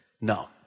no